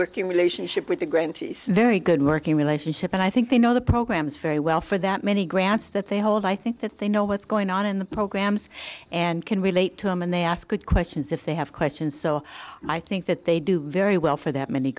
working relationship with the grantees very good working relationship and i think they know the programs very well for that many grants that they hold i think that they know what's going on in the programs and can relate to them and they ask good questions if they have questions so i think that they do very well for that many